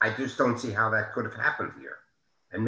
i just don't see how that could have happened here and